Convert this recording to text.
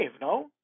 no